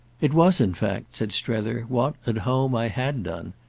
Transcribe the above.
it was in fact, said strether, what, at home, i had done.